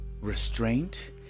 restraint